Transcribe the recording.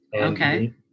Okay